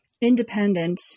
independent